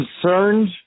concerned